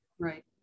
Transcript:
Right